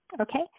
Okay